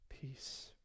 peace